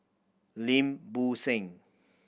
Lim Bo Seng